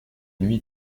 nuit